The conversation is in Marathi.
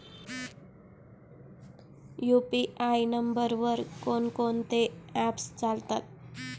यु.पी.आय नंबरवर कोण कोणते ऍप्स चालतात?